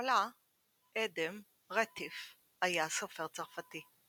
ניקולא אדם רטיף היה סופר צרפתי.